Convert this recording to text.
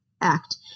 act